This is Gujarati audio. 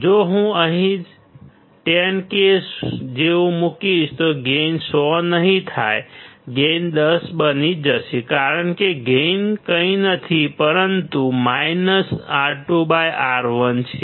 જો હું અહીં 10K જેવું મુકીશ તો ગેઇન 100 નહીં થાય ગેઇન 10 બની જશે કારણ કે ગેઇન કંઈ નથી પરંતુ R2R1 છે